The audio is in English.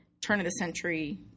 turn-of-the-century